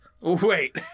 Wait